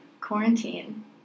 quarantine